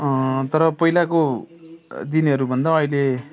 तर पहिलाको दिनहरूभन्दा अहिले